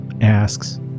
asks